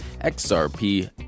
XRP